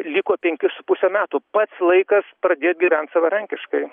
liko penki su puse metų pats laikas pradėt gyvent savarankiškai